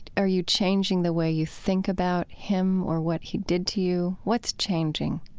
are you changing the way you think about him or what he did to you? what's changing?